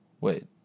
Wait